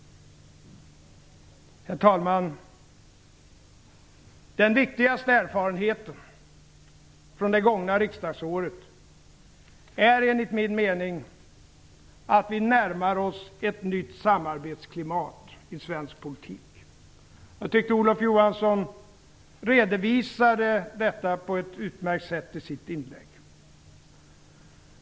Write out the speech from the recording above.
Herr talman! Den viktigaste erfarenheten från det gångna riksdagsåret är enligt min mening att vi närmar oss ett nytt samarbetsklimat i svensk politik. Jag tyckte att Olof Johansson redovisade detta på ett utmärkt sätt i sitt inlägg.